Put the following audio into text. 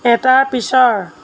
এটাৰ পিছৰ